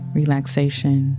relaxation